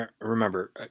Remember